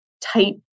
tight